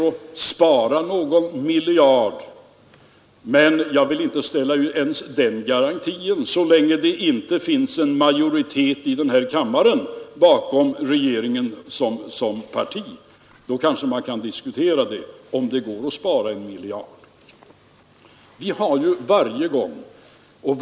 Till detta kommer sedan det stödköp av dollar som den svenska riksbanken, lojal mot den Washingtonöverenskommelse som träffades i slutet av 1971, gjorde för att mota spekulanterna. Tyvärr lyckades man inte.